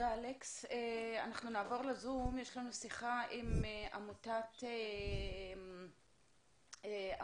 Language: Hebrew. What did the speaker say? יש לנו שיחה עם עמותת אב"א.